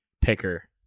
picker